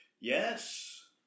Yes